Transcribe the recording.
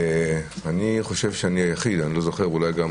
אני חושב שאני היחיד שהייתי גם